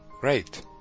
Great